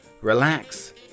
relax